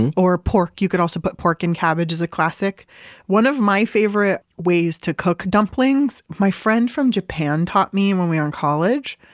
and or pork, you could also put pork and cabbage is a classic one of my favorite ways to cook dumplings. my friend from japan taught me when we were in college,